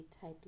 type